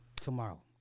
tomorrow